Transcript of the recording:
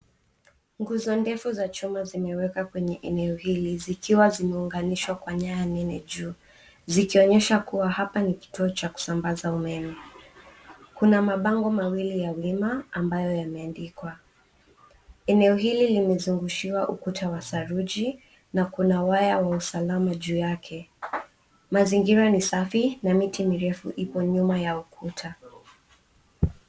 Nguzo ndefu za chuma zimewekwa kwenye eneo hili zikiwa zimeunganishwa kwa nyaya nene juu zikionyesha kuwa hapa ni kituo cha kusambaza umeme. Kuna mabango mawili ya wima ambayo yameandikwa. Eneo hili limezungushiwa ukuta wa saruji na kuna waya wa usalama juu yake. Mazingira ni safi na miti mirefu ipo nyuma ya ukuta.